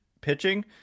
pitching